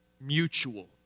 mutual